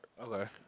Okay